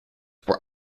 were